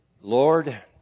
Lord